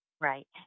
Right